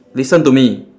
listen to me